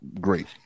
great